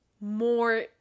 more